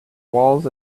walls